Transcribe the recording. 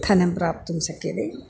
धनं प्राप्तुं शक्यते